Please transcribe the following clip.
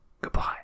Goodbye